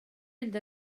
mynd